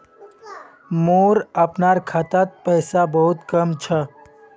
मोर अपनार खातात पैसा बहुत कम छ